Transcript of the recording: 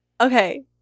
Okay